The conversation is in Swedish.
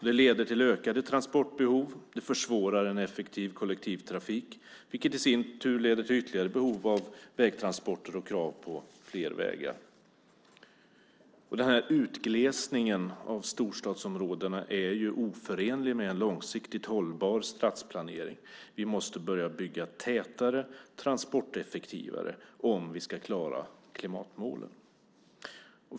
Det leder till ökade transportbehov och försvårar en effektiv kollektivtrafik, vilket i sin tur leder till ytterligare behov av vägtransporter och krav på fler vägar. Utglesningen av storstadsområdena är oförenlig med en långsiktigt hållbar stadsplanering. Vi måste börja bygga tätare och transporteffektivare om vi ska klara klimatmålen.